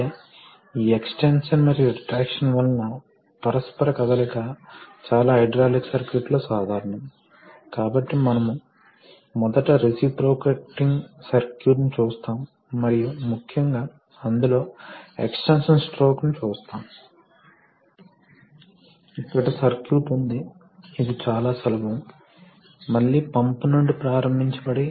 Refer Slide time 1819 Refer Slide time 1825 అప్పుడు మనకు reservoir అవసరం ఉంది ఆయిల్ నిరంతరం తిరుగుతూ ఉంటుంది కాబట్టి ఇది ఒక రిజర్వాయర్ నుండి మొదలవుతోంది పంప్ ఆయిల్ ను పీల్చుకుంటుంది మరియు తరువాత దానిని ప్రెషర్ తో పంపిణీ చేస్తుంది మరియు తరువాత అది సిస్టమ్ ద్వారా ప్రవహిస్తుంది మరియు తరువాత అది రిజర్వాయర్ కి తిరిగి వస్తోంది